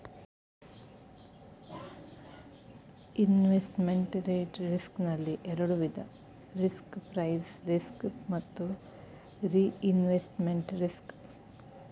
investment rate risk ನಲ್ಲಿ ಎರಡು ವಿಧ ರಿಸ್ಕ್ ಪ್ರೈಸ್ ರಿಸ್ಕ್ ಮತ್ತು ರಿಇನ್ವೆಸ್ಟ್ಮೆಂಟ್ ರಿಸ್ಕ್